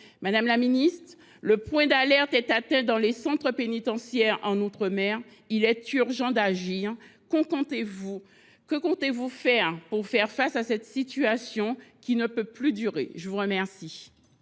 Madame la ministre, le point d’alerte est atteint dans les centres pénitentiaires outre mer. Il est urgent d’agir. Que compte faire le Gouvernement face à cette situation, qui ne peut plus durer ? La parole